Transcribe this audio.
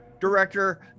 director